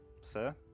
sir